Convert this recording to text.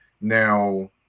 Now